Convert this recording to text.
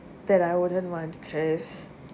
that I wouldn't want to care